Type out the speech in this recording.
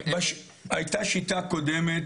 הייתה שיטה קודמת,